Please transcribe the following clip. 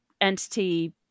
entity